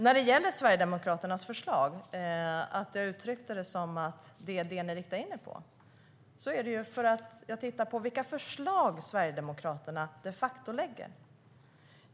När det gäller Sverigedemokraternas förslag och att jag uttryckte det som att det är det ni har riktat in er på beror det på att jag tittar på vilka förslag Sverigedemokraterna de facto lägger fram.